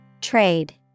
Trade